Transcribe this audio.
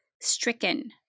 stricken